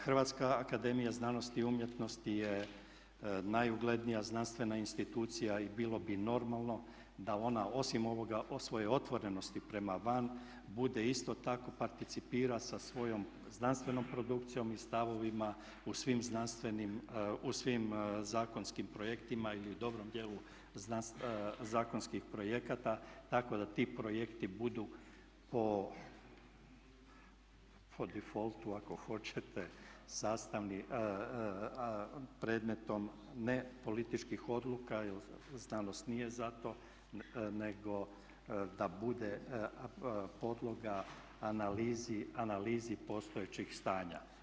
Hrvatska akademija znanosti i umjetnosti je najuglednija znanstvena institucija i bilo bi normalno da ona osim ovoga o svojoj otvorenosti prema van bude isto tako participira sa svojom znanstvenom produkcijom i stavovima u svim znanstvenim, u svim zakonskim projektima ili u dobrom dijelu zakonskih projekata tako da ti projekti budu po difoltu ako hoćete sastavni, predmetom nepolitičkih odluka jer znanost nije za to, nego da bude podloga analizi postojećeg stanja.